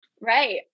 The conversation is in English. right